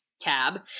tab